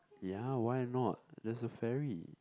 ya why not there's a ferry